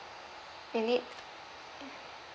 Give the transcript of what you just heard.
you need